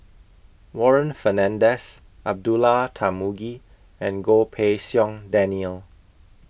Warren Fernandez Abdullah Tarmugi and Goh Pei Siong Daniel